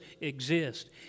exist